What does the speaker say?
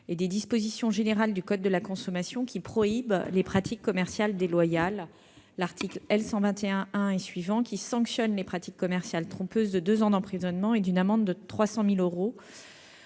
des dispositions générales du code de la consommation prohibent les pratiques commerciales déloyales : les articles L. 121-1 et suivants sanctionnent les pratiques commerciales trompeuses de deux ans d'emprisonnement et d'une amende de 300 000 euros,